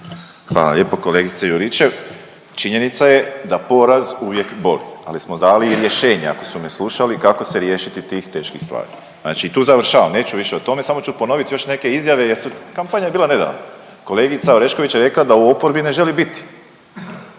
Hvala lijepo kolegice Juričev. Činjenica je da poraz uvijek boli. Ali smo dali i rješenja, ako su me slušali kako se riješiti tih teških stvari znači tu završavam, neću više o tome, samo ću ponoviti još neke izjave jer su, kampanja je bila nedavno, kolegica Orešković je rekla da u oporbi ne želi biti